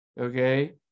Okay